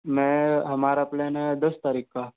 मैं हमारा प्लेन है दस तारीख का